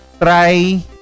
try